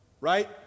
Right